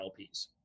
LPs